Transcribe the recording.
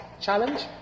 challenge